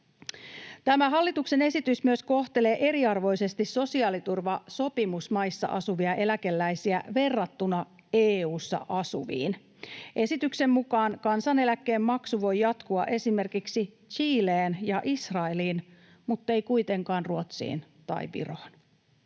Tämä hallituksen esitys myös kohtelee eriarvoisesti sosiaaliturvasopimusmaissa asuvia eläkeläisiä verrattuna EU:ssa asuviin. Esityksen mukaan kansaneläkkeen maksu voi jatkua esimerkiksi Chileen ja Israeliin muttei kuitenkaan Ruotsiin tai Viroon.